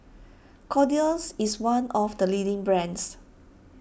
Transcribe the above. Kordel's is one of the leading brands